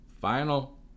Final